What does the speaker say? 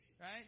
Right